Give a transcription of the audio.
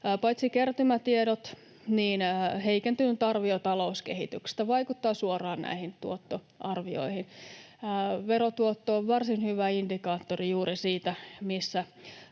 Paitsi kertymätiedot myös heikentynyt arvio talouskehityksestä vaikuttavat suoraan näihin tuottoarvioihin. Verotuotto on varsin hyvä indikaattori juuri siitä,